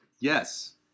Yes